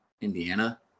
Indiana